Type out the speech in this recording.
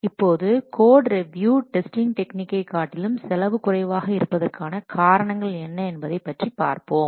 இப்போது code review testing டெக்னிக்கை காட்டிலும் செலவு குறைவாக இருப்பதற்கான காரணங்கள் என்ன என்பதை பற்றி பார்ப்போம்